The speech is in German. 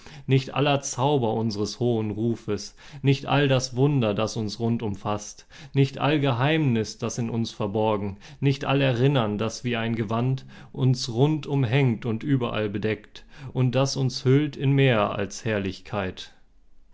nicht aller zauber unsres hohen rufes nicht all das wunder das uns rund umfaßt nicht all geheimnis das in uns verborgen nicht all erinnern das wie ein gewand uns rund umhängt und überall bedeckt und das uns hüllt in mehr als herrlichkeit